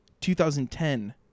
2010